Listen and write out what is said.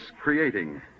creating